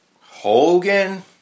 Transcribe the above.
Hogan